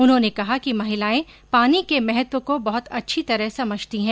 उन्होने कहा कि महिलाए पानी के महत्व को बहुत अच्छी तरह समझती हैं